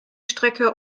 strecke